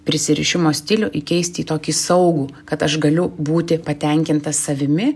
prisirišimo stilių įkeisti į tokį saugų kad aš galiu būti patenkintas savimi